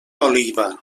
oliva